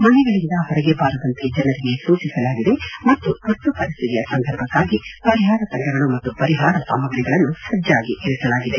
ಮನೆಗಳಿಂದ ಹೊರಗೆ ಬಾರದಂತೆ ಜನರಿಗೆ ಸೂಚಿಸಲಾಗಿದೆ ಮತ್ತು ತುರ್ತು ಪರಿಸ್ಥಿತಿಯ ಸಂದರ್ಭಕ್ನಾಗಿ ಪರಿಹಾರ ತಂಡಗಳು ಮತ್ತು ಪರಿಹಾರ ಸಾಮಗ್ರಿಗಳನ್ನು ಸಜ್ಲಾಗಿ ಇರಿಸಲಾಗಿದೆ